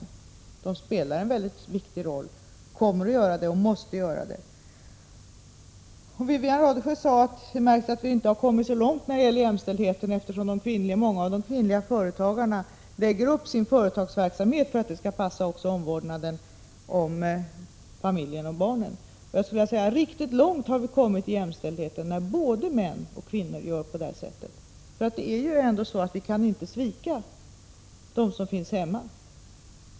De spelar en mycket viktig roll, kommer att göra det och måste göra det. Wivi-Anne Radesjö sade att det märks att vi inte har kommit så långt när det gäller jämställdheten, eftersom många av de kvinnliga företagarna lägger upp sin företagsverksamhet så att det skall passa också omvårdnaden om familjen och barnen. Jag skulle vilja säga att när både män och kvinnor gör på det sättet har vi kommit riktigt långt med jämställdheten. Vi kan ju inte svika dem som finns hemma.